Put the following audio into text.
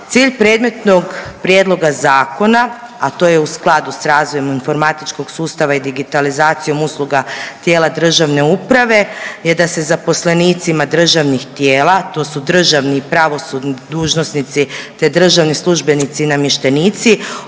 Cilj predmetnog prijedloga zakona, a to je u skladu s razvojem informatičkog sustava i digitalizacijom usluga tijela državne uprave je da se zaposlenicima državnih tijela, to su državni i pravosudni dužnosnici te državni službenici i namještenici